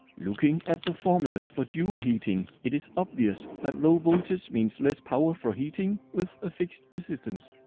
looking at the formulas for joule heating it is obvious that low voltage means less power for heating with a fixed resistance.